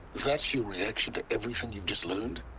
that's your reaction to everything you just learned.